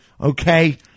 okay